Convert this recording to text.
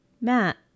Matt